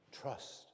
trust